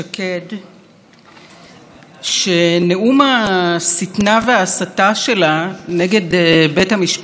שנאום השטנה וההסתה שלה נגד בית המשפט העליון לא